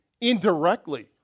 indirectly